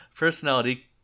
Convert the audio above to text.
personality